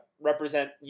represent